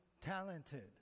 talented